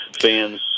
Fans